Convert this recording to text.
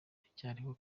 baracyariho